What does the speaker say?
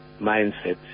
mindset